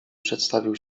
przedstawił